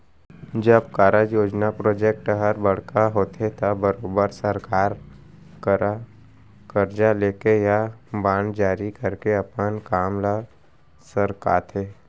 जब कारज, योजना प्रोजेक्ट हर बड़का होथे त बरोबर सरकार हर करजा लेके या बांड जारी करके अपन काम ल सरकाथे